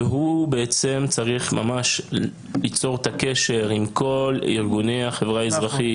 והוא בעצם צריך ממש ליצור את הקשר עם כל ארגוני החברה האזרחית,